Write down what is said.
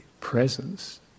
presence